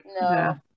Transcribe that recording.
No